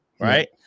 right